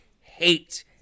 hate